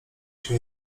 się